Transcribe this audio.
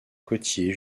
côtier